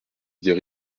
idées